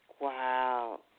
Wow